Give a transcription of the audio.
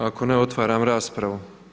Ako ne otvaram raspravu.